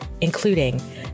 including